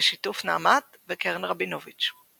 בשיתוף נעמת וקרן רבינוביץ.